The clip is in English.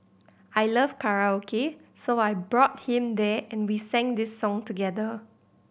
I love karaoke so I brought him there and we sang this song together